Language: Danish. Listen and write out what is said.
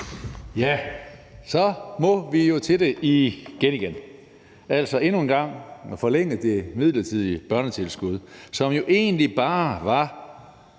Så må vi jo til det igen igen og endnu en gang forlænge det midlertidige børnetilskud, som jo egentlig bare var